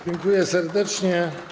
Dziękuję serdecznie.